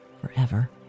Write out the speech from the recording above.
forever